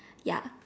ya